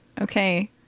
Okay